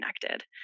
connected